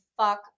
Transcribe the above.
Fuck